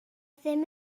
ddim